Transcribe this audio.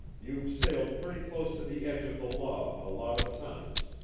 you've sailed pretty close to the edge of the law a lot of times,